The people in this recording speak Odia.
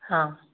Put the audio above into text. ହଁ